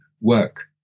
work